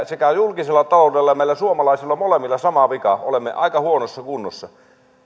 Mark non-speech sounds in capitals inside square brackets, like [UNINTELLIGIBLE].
[UNINTELLIGIBLE] sekä julkisella taloudella että meillä suomalaisilla molemmilla on sama vika olemme aika huonossa kunnossa